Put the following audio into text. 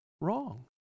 wrong